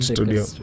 Studio